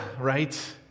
right